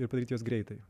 ir padaryti juos greitai